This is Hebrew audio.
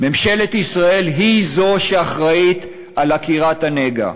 ממשלת ישראל היא שאחראית לעקירת הנגע,